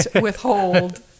withhold